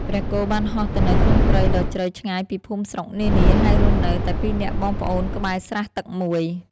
ព្រះគោបានហោះទៅនៅក្នុងព្រៃដ៏ជ្រៅឆ្ងាយពីភូមិស្រុកនានា ហើយរស់នៅតែពីរនាក់បងប្អូនក្បែរស្រះទឹកមួយ។